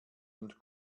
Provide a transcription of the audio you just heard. und